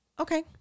Okay